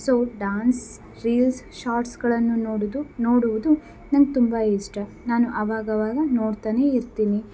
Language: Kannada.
ಸೊ ಡಾನ್ಸ್ ರೀಲ್ಸ್ ಶಾರ್ಟ್ಸ್ಗಳನ್ನು ನೋಡುವುದು ನೋಡುವುದು ನನಗೆ ತುಂಬ ಇಷ್ಟ ನಾನು ಆವಾಗವಾಗ ನೋಡ್ತಾನೇ ಇರ್ತೀನಿ